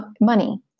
money